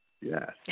yes